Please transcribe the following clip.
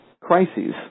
crises